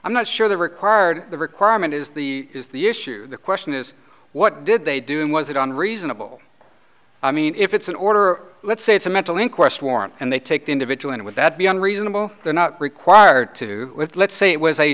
i'm not sure the required the requirement is the is the issue the question is what did they do and was it on reasonable i mean if it's an order let's say it's a mental inquest warrant and they take the individual in would that be unreasonable they're not required to with let's say it was a